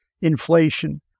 inflation